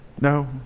no